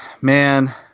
Man